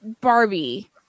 Barbie